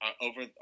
over